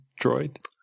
droid